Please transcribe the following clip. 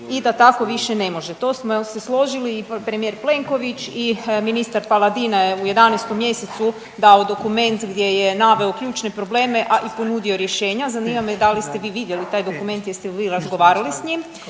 i da tako više ne može. To smo se složili i premijer Plenković i ministar Paladina je u 11. mj. dao dokument gdje je naveo ključne probleme, a i ponudio rješenja. Zanima me da li ste vi vidjeli taj dokument, jeste li vi razgovarali s njim